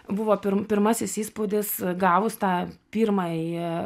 buvo pirm pirmasis įspūdis gavus tą pirmąjį